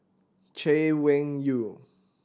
Chay Weng Yew